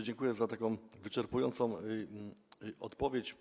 Dziękuję za wyczerpującą odpowiedź.